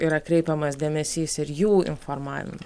yra kreipiamas dėmesys ir jų informavimą